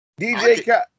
DJ